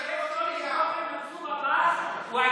מה בין מנסור עבאס לווליד טאהא?